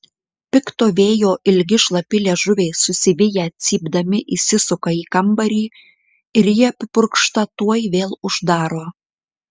pikto vėjo ilgi šlapi liežuviai susiviję cypdami įsisuka į kambarį ir ji apipurkšta tuoj vėl uždaro